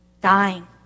dying